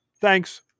thanks